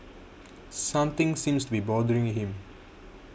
something seems to be bothering him